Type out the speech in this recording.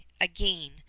again